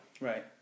right